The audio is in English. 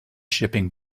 shipping